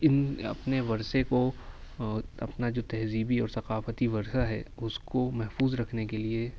ان اپنے ورثے کو اپنا جو تہذیبی اور ثقافتی ورثہ ہے اس کو محفوظ رکھنے کے لیے